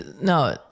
no